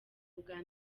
ubwa